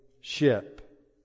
ship